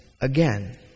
again